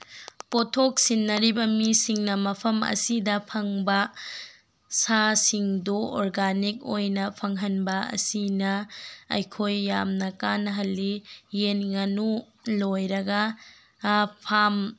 ꯄꯣꯠꯊꯣꯛ ꯁꯤꯟꯅꯔꯤꯕ ꯃꯤꯁꯤꯡꯅ ꯃꯐꯝ ꯑꯁꯤꯗ ꯐꯪꯕ ꯁꯥ ꯁꯤꯡꯗꯣ ꯑꯣꯔꯒꯥꯅꯤꯛ ꯑꯣꯏꯅ ꯐꯪꯍꯟꯕ ꯑꯁꯤꯅ ꯑꯩꯈꯣꯏ ꯌꯥꯝꯅ ꯀꯥꯟꯅꯍꯜꯂꯤ ꯌꯦꯟ ꯉꯥꯅꯨ ꯂꯣꯏꯔꯒ ꯉꯥ ꯐꯥꯔꯝ